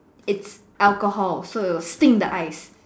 its alcohol so it will stings the eyes